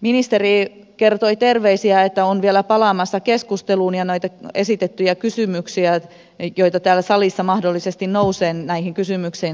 ministeri kertoi terveisiä että on vielä palaamassa keskusteluun ja näihin esitettyihin kysymyksiin joita täällä salissa mahdollisesti nousee